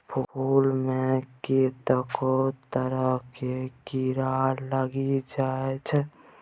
फुल मे कतेको तरहक कीरा लागि जाइ छै